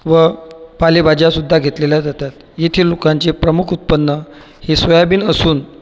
व पालेभाज्या सुद्धा घेतलेल्या जातात येथे लोकांचे प्रमुख उत्पन्न हे सोयाबीन असून